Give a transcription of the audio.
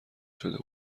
شده